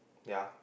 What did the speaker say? ya